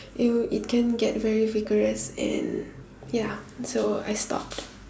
it it can get very vigorous and ya so I stop